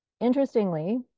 interestingly